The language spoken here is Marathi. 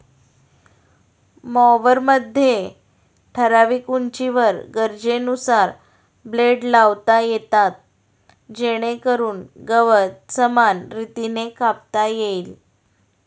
मॉवरमध्ये ठराविक उंचीवर गरजेनुसार ब्लेड लावता येतात जेणेकरून गवत समान रीतीने कापता येईल